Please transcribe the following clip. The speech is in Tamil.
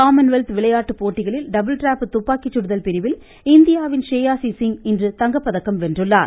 காமன்வெல்த் விளையாட்டு போட்டிகளில் டபுள் ட்ராப் துப்பாக்கி சுடுதல் பிரிவில் இந்தியாவின் ஸ்ரேயாசி சிங் இன்று தங்கப்பதக்கம் வென்றுள்ளார்